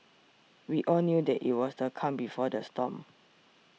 we all knew that it was the calm before the storm